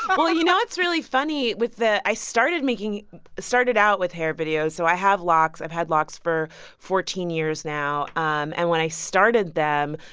um well, you know what's really funny with the i started making started out with hair videos. so i have locks. i've had locks for fourteen years now. um and when i started them,